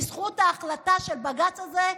בזכות ההחלטה של בג"ץ הזה,